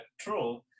true